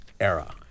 era